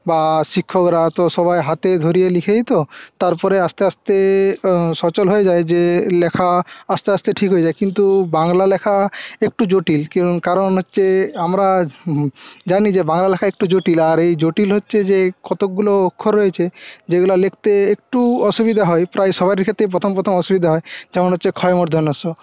বা শিক্ষকরা তো সবাই হাতে ধরিয়ে লিখিয়ে দিতো তারপরে আস্তে আস্তে সচল হয়ে যায় যে লেখা আস্তে আস্তে ঠিক হয়ে যায় কিন্তু বাংলা লেখা একটু জটিল কারণ হচ্ছে আমরা জানি যে বাংলা লেখা একটু জটিল আর এই জটিল হচ্ছে যে কতকগুলো অক্ষর রয়েছে যেগুলো লিখতে একটু অসুবিধা হয় প্রায় সবারই ক্ষেত্রেই প্রথম প্রথম অসুবিধা হয় যেমন হচ্ছে ক্ষ